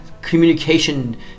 communication